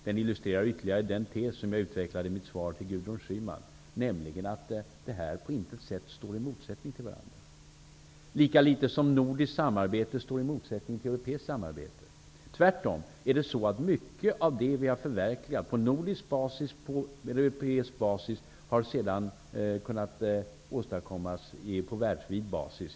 Den illustrerar ytterligare den tes som jag utvecklade i mitt svar till Gudrun Schyman, nämligen att de inte på något sätt står i motsättning till varandra, lika litet som nordiskt samarbete står i motsättning till europeiskt samarbete. Tvärtom har mycket av det som vi har förverkligat på nordisk och europeisk basis kunnat åstadkommas på världsvid basis.